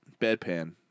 bedpan